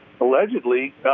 allegedly